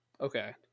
okay